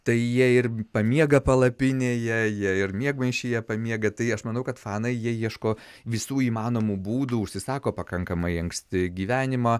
tai jie ir pamiega palapinėje jie ir miegmaišyje pamiega tai aš manau kad fanai jie ieško visų įmanomų būdų užsisako pakankamai anksti gyvenimą